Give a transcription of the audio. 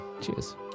Cheers